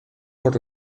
por